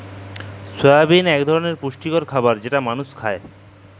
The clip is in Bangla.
সয়াবিল এক ধরলের পুষ্টিকর খাবার যেটা মালুস খায়